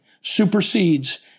supersedes